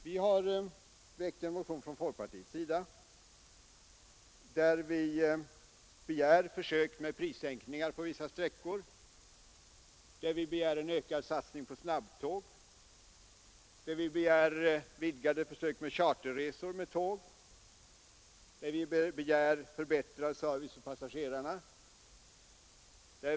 Vi har från folkpartiets sida väckt en motion där vi begär försök med prissänkningar på vissa sträckor, en ökad satsning på snabbtåg, vidgade försök med charterresor på tåg och förbättrad service för passagerarna.